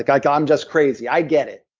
like like um just crazy, i get it.